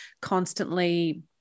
constantly